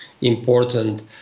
important